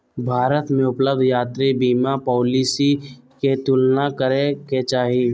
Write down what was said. भारत में उपलब्ध यात्रा बीमा पॉलिसी के तुलना करे के चाही